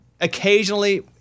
Occasionally